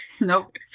Nope